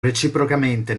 reciprocamente